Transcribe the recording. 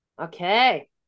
okay